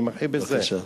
אני מרחיב בזה.